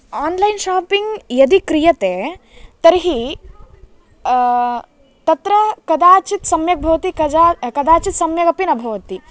online shopping यदि क्रियते तर्हि तत्र कदाचित् सम्यक् भवति कदा कदाचित् सम्यगपि न भवति